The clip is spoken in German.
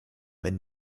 wenn